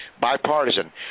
bipartisan